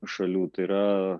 šalių tai yra